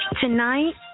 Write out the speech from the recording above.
tonight